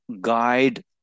guide